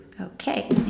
Okay